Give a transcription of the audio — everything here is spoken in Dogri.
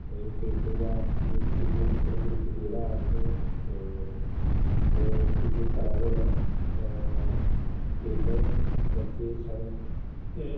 ओह् एह् पेंटिंग ऐ एह् पिकनिक ग्रुप गेदा ऐ उत्थै ते ओह् एह् पिकनिक करा दे न पैंटर बच्चे सर ते